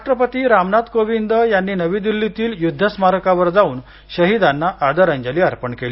राष्ट्रपती रामनाथ कोविंद यांनी नवी दिल्लीती युद्धस्मारकावर जाऊन शहीदांना आदरांजली अर्पण केली